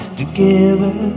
together